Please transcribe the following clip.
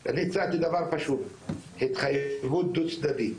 זה דבר פשוט, התחייבות דו צדדית,